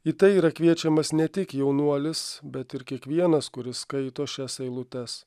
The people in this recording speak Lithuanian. į tai yra kviečiamas ne tik jaunuolis bet ir kiekvienas kuris skaito šias eilutes